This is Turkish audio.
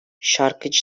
şarkıcı